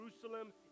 Jerusalem